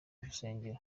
rusengero